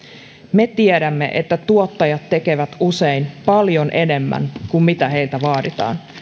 me tiedämme että tuottajat tekevät usein paljon enemmän kuin heiltä vaaditaan